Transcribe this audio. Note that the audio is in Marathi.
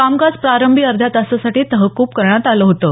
कामकाज प्रारंभी अर्ध्या तासासाठी तहकूब करण्यात आलं होतं